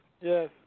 yes